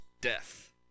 death